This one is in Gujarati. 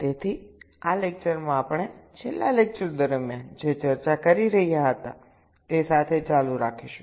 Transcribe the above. તેથી આ લેક્ચરમાં આપણે છેલ્લા લેક્ચરદરમિયાન જે ચર્ચા કરી રહ્યા હતા તે સાથે ચાલુ રાખીશું